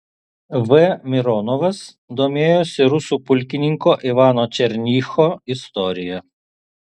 v mironovas domėjosi rusų pulkininko ivano černycho istorija